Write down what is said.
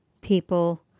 people